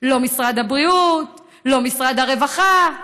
לא משרד הבריאות, לא משרד הרווחה.